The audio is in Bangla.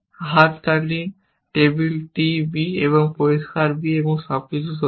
হাত খালি টেবিল t b এবং পরিষ্কার b সবকিছু সত্য